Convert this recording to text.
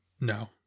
no